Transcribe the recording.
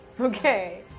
Okay